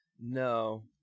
no